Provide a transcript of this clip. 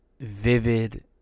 vivid